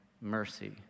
mercy